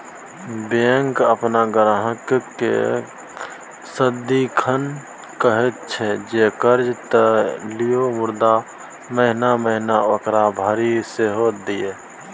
bank अपन ग्राहककेँ सदिखन कहैत छै जे कर्जा त लिअ मुदा महिना महिना ओकरा भरि सेहो दिअ